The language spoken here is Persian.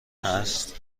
است